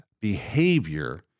behavior